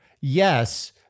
Yes